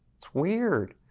it's weird.